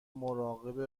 مراقب